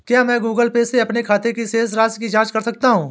क्या मैं Google Pay से अपने खाते की शेष राशि की जाँच कर सकता हूँ?